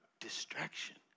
distraction